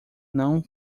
não